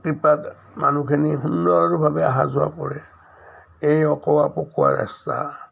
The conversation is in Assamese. কৃপাত মানুহখিনি সুন্দৰভাৱে অহা যোৱা পৰে এই অকোৱা পকোৱা ৰাস্তা